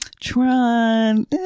Tron